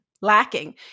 lacking